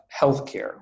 healthcare